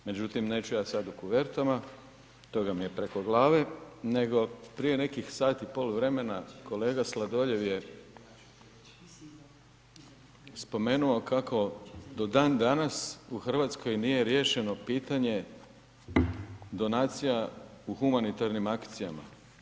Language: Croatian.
Međutim, neću ja sada o kovertama, toga mi je preko glave, nego prije nekih sat i pol vremena, kolega Sladoljev je spomenuo kako do dan danas u Hrvatskoj nije riješeno pitanje donacija u humanitarnim akcija.